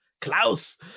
Klaus